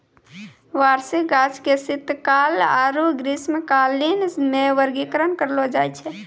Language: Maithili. वार्षिक गाछ के शीतकाल आरु ग्रीष्मकालीन मे वर्गीकरण करलो जाय छै